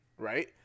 Right